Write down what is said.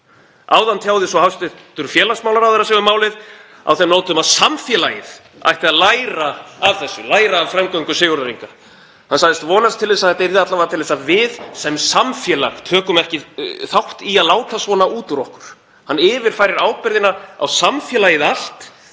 Áðan tjáði hæstv. félagsmálaráðherra sig um málið á þeim nótum að samfélagið ætti að læra af þessu, læra af framgöngu Sigurðar Inga. Hann sagðist vonast til þess að þetta yrði alla vega til þess að við sem samfélag tækjum ekki þátt í að láta svona út úr okkur. Hann yfirfærir ábyrgðina á samfélagið allt.